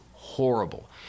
horrible